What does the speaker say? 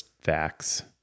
facts